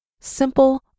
simple